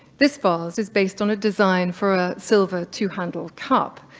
this vase is based on a design for a silver two-handled cup,